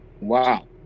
Wow